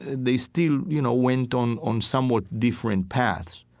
they still you know went on on somewhat different paths.